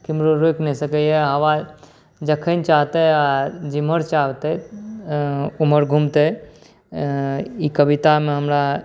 केम्हरो रोकि नहि सकैए हवा जखन चाहतै आओर जेम्हर चाहतै ओम्हर घुमतै ई कवितामे हमरा